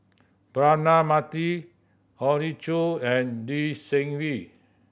Braema Mathi Hoey Choo and Lee Seng Wee